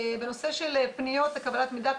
בנושא של פניות לקבלת מידע,